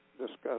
discuss